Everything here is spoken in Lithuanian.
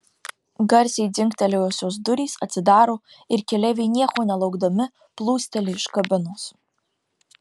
garsiai dzingtelėjusios durys atsidaro ir keleiviai nieko nelaukdami plūsteli iš kabinos